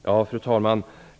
Fru talman!